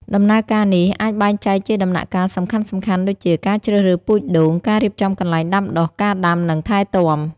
ដំណើរការនេះអាចបែងចែកជាដំណាក់កាលសំខាន់ៗដូចជា ការជ្រើសរើសពូជដូង ការរៀបចំកន្លែងដាំដុះ ការដាំ និងថែទាំ។